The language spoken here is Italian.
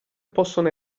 possono